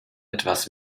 etwas